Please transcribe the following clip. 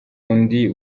undi